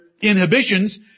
inhibitions